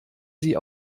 sie